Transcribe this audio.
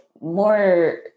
more